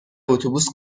اتوبوس